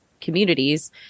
communities